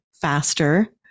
faster